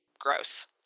gross